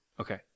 Okay